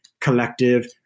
Collective